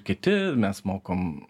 kiti mes mokom